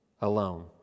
alone